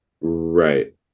Right